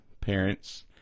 parents